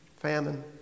famine